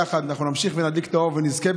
יחד אנחנו נמשיך ונדליק את האור ונזכה,